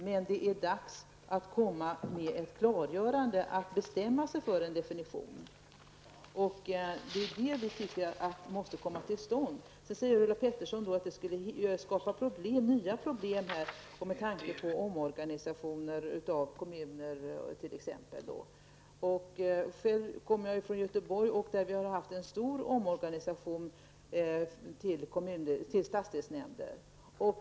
Men det är nu dags att komma med ett klargörande och bestämma sig för en definition. Vi tycker att en sådan måste komma till stånd. Ulla Pettersson säger att nya problem skulle skapas, t.ex. med tanke på omorganisationer av kommuner. Själv kommer jag från Göteborg där vi har haft en stor omorganisation till stadsdelsnämnder.